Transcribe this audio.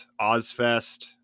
OZFest